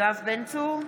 יואב בן צור,